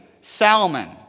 Salmon